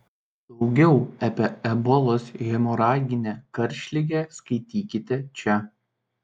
daugiau apie ebolos hemoraginę karštligę skaitykite čia